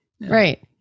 right